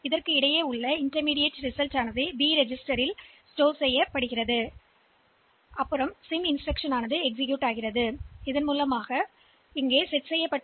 இந்த இடைநிலை முடிவு பி பதிவேட்டில் சேமிக்கப்படுகிறது ஏனெனில் இந்த சிம் மற்றும் அதையெல்லாம் நாம் செயல்படுத்தும்போது உள்ளடக்கம் மாற்றப்படும்